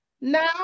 now